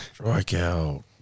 strikeout